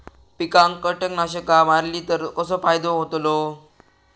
पिकांक कीटकनाशका मारली तर कसो फायदो होतलो?